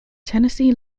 tennessee